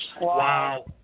Wow